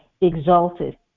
exalted